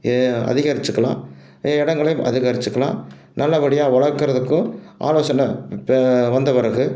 அதிகரிச்சுக்கலாம் இடங்களையும் அதிகரிச்சுக்கலாம் நல்லபடியாக வளர்க்கிறதுக்கும் ஆலோசனை வந்த பிறகு